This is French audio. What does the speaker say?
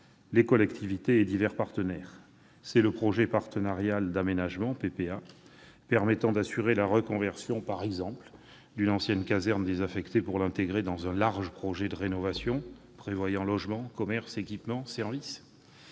les collectivités et divers partenaires. Le projet partenarial d'aménagement, le PPA, permettra, par exemple, d'assurer la reconversion d'une ancienne caserne désaffectée pour l'intégrer dans un large projet de rénovation prévoyant logements, commerces, équipements et services.